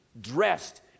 dressed